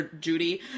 Judy